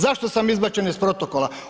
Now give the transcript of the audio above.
Zašto sam izbačen iz protokola?